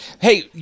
hey